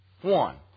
One